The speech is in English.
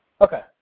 Okay